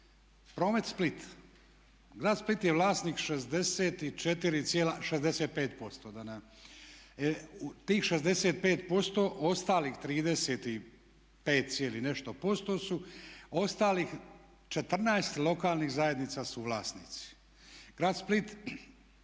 Promet Split, grad Split je vlasnik 65%. U tih 65% ostalih 35% su ostalih 14 lokalnih zajednica suvlasnici. Grad Split